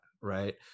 right